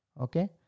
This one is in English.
Okay